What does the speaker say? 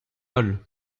holl